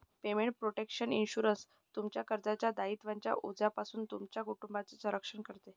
payment protection insurance, तुमच्या कर्जाच्या दायित्वांच्या ओझ्यापासून तुमच्या कुटुंबाचे रक्षण करते